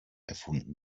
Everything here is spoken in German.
erfunden